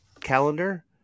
calendar